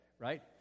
right